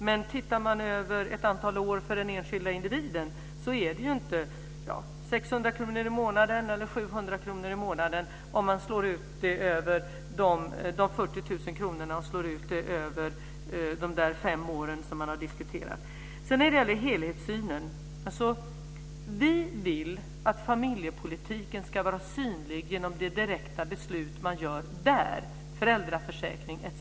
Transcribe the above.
Men tittar man över ett antal år för den enskilda individen är det kanske 600 kr eller 700 kr i månaden om man slår ut de 40 000 kronorna över de fem år som man har diskuterat. När det gäller helhetssynen vill vi att familjepolitiken ska vara synlig genom de direkta beslut man fattar på det området, när det gäller föräldraförsäkring etc.